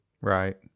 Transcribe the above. right